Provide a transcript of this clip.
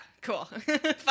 cool